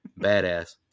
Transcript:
Badass